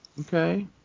okay